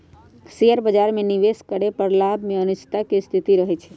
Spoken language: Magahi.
शेयर बाजार में निवेश करे पर लाभ में अनिश्चितता के स्थिति रहइ छइ